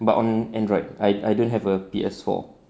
but on Android I I don't have a P_S four